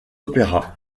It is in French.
opéras